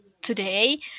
today